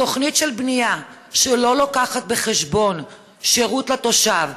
תוכנית של בנייה שלא מביאה בחשבון שירות לתושב,